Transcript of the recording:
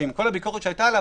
שעם כל הביקורת שהייתה עליו,